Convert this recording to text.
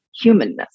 humanness